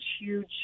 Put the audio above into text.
huge